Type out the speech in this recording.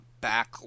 back